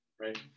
right